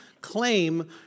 claim